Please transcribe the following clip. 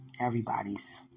Everybody's